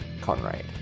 Conrad